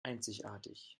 einzigartig